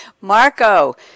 Marco